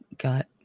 got